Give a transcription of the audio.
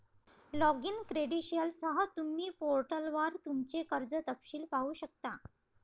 login क्रेडेंशियलसह, तुम्ही पोर्टलवर तुमचे कर्ज तपशील पाहू शकता